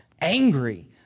angry